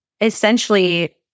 essentially